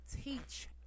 teach